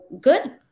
Good